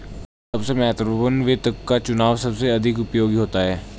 सबसे महत्वपूर्ण वित्त का चुनाव सबसे अधिक उपयोगी होता है